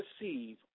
receive